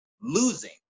losing